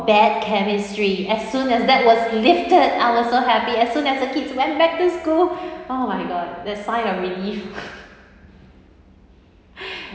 bad chemistry as soon as that was lifted I was so happy as soon as the kids went back to school oh my god the sigh of relief